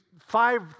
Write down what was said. five